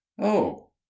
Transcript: Oh